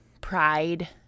pride